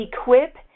equip